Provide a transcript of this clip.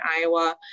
Iowa